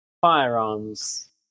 firearms